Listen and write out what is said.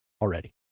already